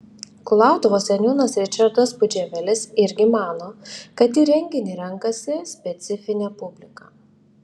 kulautuvos seniūnas ričardas pudževelis irgi mano kad į renginį renkasi specifinė publika